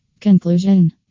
Conclusion